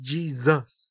Jesus